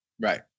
Right